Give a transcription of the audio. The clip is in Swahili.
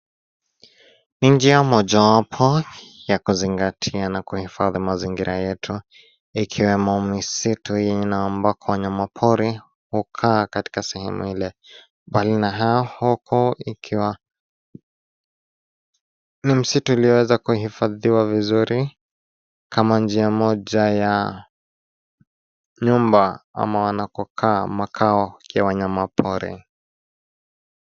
Ni njia mojawapo ya kuzingatia na kuhifadhi mazingira yetu, ikiwemo misitu yenye na ambako wanyama pori hukaa katika sehemu Ile. Mbali na hayo huko ikiwa ni msitu iliyoweza kuhifadhiwa vizuri kama njia moja ya nyumba ama wanakokaa makao ya wanyama pori.